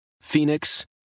Phoenix